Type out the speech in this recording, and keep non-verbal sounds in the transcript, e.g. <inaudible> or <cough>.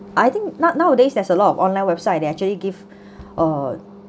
I think now~ nowadays there's a lot of online website they actually give <breath> uh